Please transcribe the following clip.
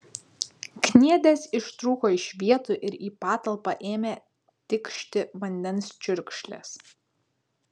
kniedės ištrūko iš vietų ir į patalpą ėmė tikšti vandens čiurkšlės